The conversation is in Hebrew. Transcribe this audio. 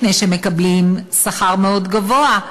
מפני שהם מקבלים שכר מאוד גבוה.